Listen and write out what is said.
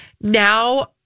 now